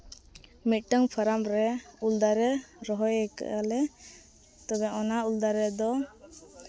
ᱢᱤᱫᱴᱟᱱ ᱯᱷᱨᱟᱢ ᱨᱮ ᱩᱞ ᱫᱟᱨᱮ ᱨᱚᱦᱚᱭ ᱠᱟᱜᱼᱟᱞᱮ ᱛᱚᱵᱮ ᱚᱱᱟ ᱩᱞ ᱫᱟᱨᱮ ᱫᱚ